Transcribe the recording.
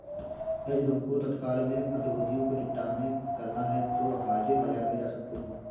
यदि तुमको तत्काल में प्रतिभूतियों को निपटान करना है तो हाजिर बाजार में जा सकते हो